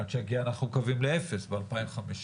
עד שיגיע אנחנו מקווים ל-0 ב-2050,